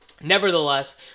Nevertheless